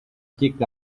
kick